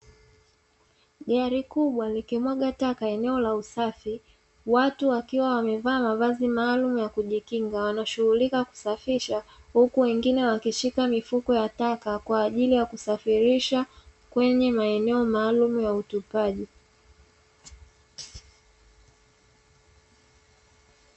Gari kubwa likimwaga taka eneo la usafi, watu wakiwa wamevaa mavazi maalumu ya kujikinga wanashughulika kusafisha huku wengine wakishika mifuko ya taka kwaajili ya kusafirisha kwenye maeneo maalumu ya utupaji.